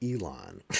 Elon